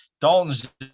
Dalton's